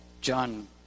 John